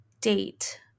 date